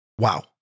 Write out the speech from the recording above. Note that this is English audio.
Wow